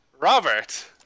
Robert